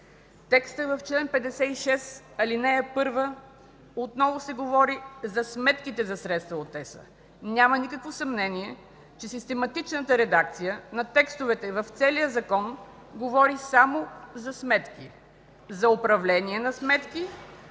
текста на чл. 56, ал. 1 отново се говори за сметките за средства от ЕС. Няма никакво съмнение, че систематичната редакция на текстовете в целия закон говори само за сметки, за управление на сметки,